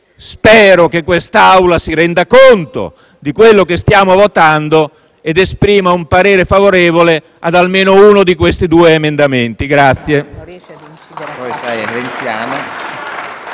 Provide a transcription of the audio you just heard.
spero che quest'Assemblea si renda conto di ciò che stiamo votando ed esprima un parere favorevole su almeno uno di questi due emendamenti.